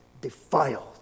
defiled